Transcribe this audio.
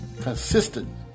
consistent